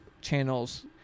channels